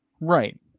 Right